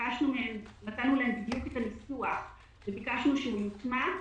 נתנו להן בדיוק את הניסוח וביקשנו שהוא יוטמע.